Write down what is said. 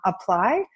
apply